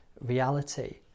reality